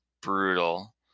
brutal